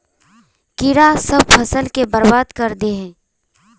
कीड़ा सब फ़सल के बर्बाद कर दे है?